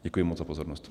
Děkuji moc za pozornost.